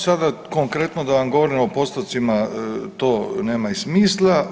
Sada konkretno da vam govorim o postocima to nema i smisla.